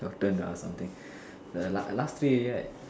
your turn to ask something the last last three already right